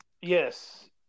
Yes